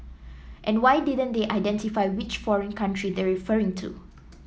and why didn't they identify which foreign country they're referring to